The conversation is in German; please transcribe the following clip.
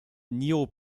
neo